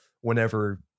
whenever